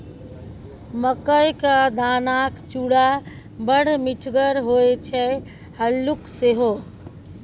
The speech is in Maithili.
मकई क दानाक चूड़ा बड़ मिठगर होए छै हल्लुक सेहो